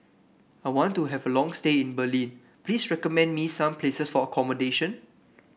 I want to have a long stay in Berlin please recommend me some places for accommodation